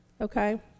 Okay